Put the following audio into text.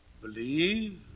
believe